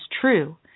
true